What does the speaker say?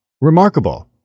Remarkable